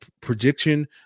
prediction